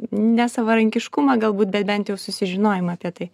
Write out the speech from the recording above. nesavarankiškumą galbūt bet bent jau susižinojimą apie tai